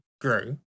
grow